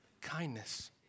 Kindness